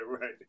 right